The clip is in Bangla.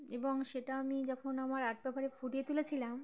এবং সেটা আমি যখন আমার আর্ট প্যাপারে ফুটিয়ে তুলেছিলাম